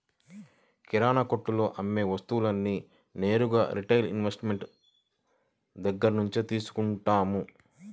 కిరణాకొట్టులో అమ్మే వస్తువులన్నీ నేరుగా రిటైల్ ఇన్వెస్టర్ దగ్గర్నుంచే తీసుకుంటాం